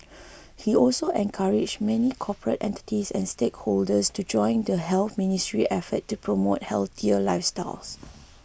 he also encouraged many corporate entities and stakeholders to join in the Health Ministry's efforts to promote healthier lifestyles